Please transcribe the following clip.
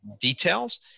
details